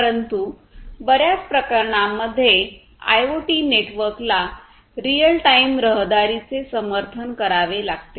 परंतु बर्याच प्रकरणांमध्ये आयओटी नेटवर्कला रिअल टाईम रहदारीचे समर्थन करावे लागते